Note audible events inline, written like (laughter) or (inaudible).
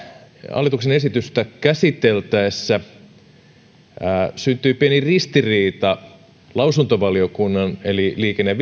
hallituksen esitystä käsiteltäessä syntyi pieni ristiriita lausuntovaliokunnan eli liikenne ja (unintelligible)